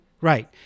right